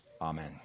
Amen